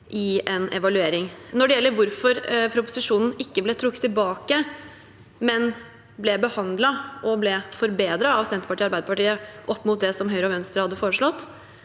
i en evaluering. Når det gjelder hvorfor proposisjonen ikke ble trukket tilbake, men ble behandlet og forbedret av Senterpartiet og Arbeiderpartiet opp mot det Høyre og Venstre hadde foreslått,